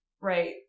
right